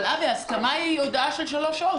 אבל, אבי, הסכמה היא הודעה של שלוש שעות.